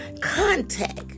contact